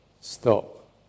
stop